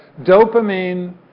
Dopamine